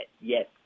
yes